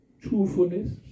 truthfulness